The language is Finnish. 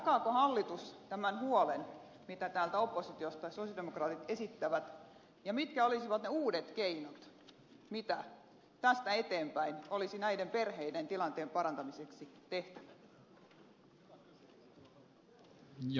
jakaako hallitus tämän huolen minkä oppositiosta sosialidemokraatit esittävät ja mitkä olisivat ne uudet keinot mitä tästä eteenpäin olisi näiden perheiden tilanteen parantamiseksi tehtävä